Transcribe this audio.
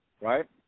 right